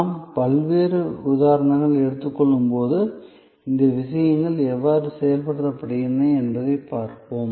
நாம் பல்வேறு உதாரணங்களை எடுத்துக் கொள்ளும்போது இந்த விஷயங்கள் எவ்வாறு செயல்படுகின்றன என்பதைப் பார்ப்போம்